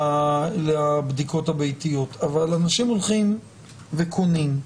לבדיקות הביתיות אבל אנשים הולכים וקונים.